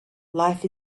life